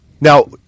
Now